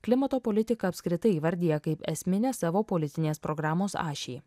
klimato politiką apskritai įvardija kaip esminę savo politinės programos ašį